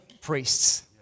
priests